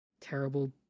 terrible